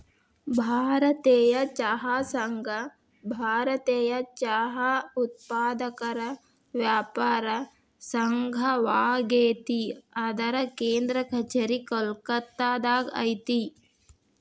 ಭಾರತೇಯ ಚಹಾ ಸಂಘ ಭಾರತೇಯ ಚಹಾ ಉತ್ಪಾದಕರ ವ್ಯಾಪಾರ ಸಂಘವಾಗೇತಿ ಇದರ ಕೇಂದ್ರ ಕಛೇರಿ ಕೋಲ್ಕತ್ತಾದಾಗ ಐತಿ